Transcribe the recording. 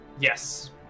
Yes